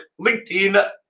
LinkedIn